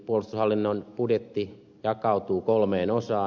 puolustushallinnon budjetti jakautuu kolmeen osaan